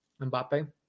Mbappe